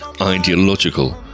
ideological